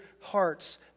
hearts